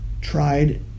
tried